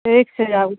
ठीक छै आउ